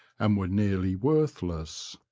and were nearly worthless.